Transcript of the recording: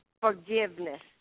Forgiveness